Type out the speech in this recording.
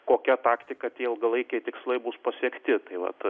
kokia taktika tie ilgalaikiai tikslai bus pasiekti tai vat